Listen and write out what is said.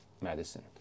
medicine